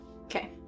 okay